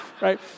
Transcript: right